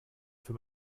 für